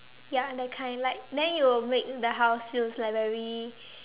ya that kind like then you will make the house feels like very